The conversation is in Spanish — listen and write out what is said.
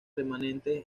remanentes